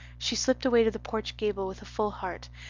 she slipped away to the porch gable with a full heart,